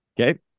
Okay